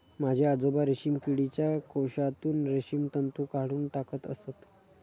माझे आजोबा रेशीम किडीच्या कोशातून रेशीम तंतू काढून टाकत असत